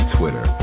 Twitter